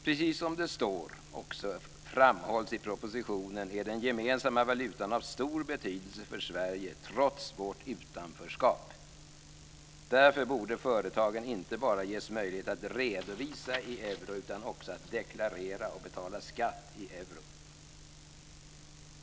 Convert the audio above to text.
Precis som det också framhålls i propositionen är den gemensamma valutan av stor betydelse för Sverige trots vårt utanförskap. Därför borde företagen inte bara ges möjlighet att redovisa i euro utan också att deklarera och betala skatt i euro.